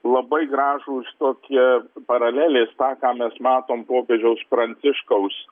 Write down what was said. labai gražūs tokie paralelės tą ką mes matom popiežiaus pranciškaus